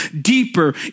deeper